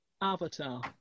Avatar